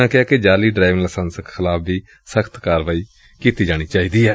ਉਨ੍ਹਾਂ ਕਿਹਾ ਕਿ ਜਾਅਲੀ ਡਰਾਈਵਿੰਗ ਲਾਇਸੈਂਸਾਂ ਖਿਲਾਫ਼ ਸਖ਼ਤ ਕਾਰਵਾਈ ਕੀਤੀ ਜਾਏ